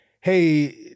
hey